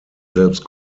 selbst